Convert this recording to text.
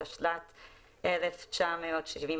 התשל"ט-1979,